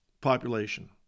population